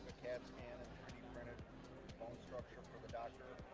cat scan and printed bone structure for the doctor.